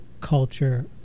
culture